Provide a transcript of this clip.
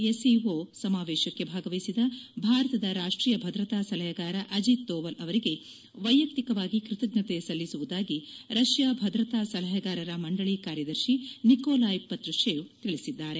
SCO ಸಮಾವೇಶಕ್ಕೆ ಭಾಗವಹಿಸಿದ ಭಾರತದ ರಾಷ್ಟೀಯ ಭದ್ರತಾ ಸಲಹೆಗಾರ ಅಜಿತ್ ಧೋವಲ್ ಅವರಿಗೆ ವೈಯಕ್ತಿಕವಾಗಿ ಕೃತಜ್ಞತೆ ಸಲ್ಲಿಸುವುದಾಗಿ ರಷ್ಯಾ ಭದ್ರತಾ ಸಲಹೆಗಾರರ ಮಂಡಳಿ ಕಾರ್ಯದರ್ಶಿ ನಿಕೋಲಾಯ್ ಪತ್ರುಶೇವ್ ತಿಳಿಸಿದ್ದಾರೆ